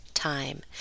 Time